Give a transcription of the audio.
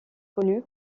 connu